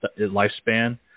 lifespan